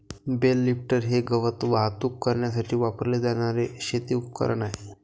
bell lifter हे गवत वाहतूक करण्यासाठी वापरले जाणारे शेती उपकरण आहे